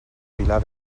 vilar